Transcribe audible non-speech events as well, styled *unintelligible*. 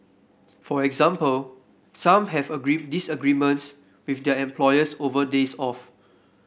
for example some have *unintelligible* disagreements with their employers over days off